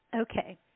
okay